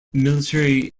military